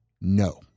No